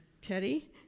Teddy